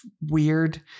weird